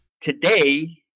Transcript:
today